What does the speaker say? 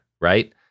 right